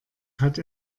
hat